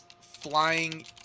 flying